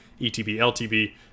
ETB-LTB